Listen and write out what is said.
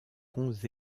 ponts